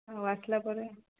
ଆଉ ଆସିଲା ପରେ